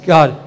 God